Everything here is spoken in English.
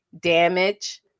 damage